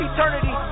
Eternity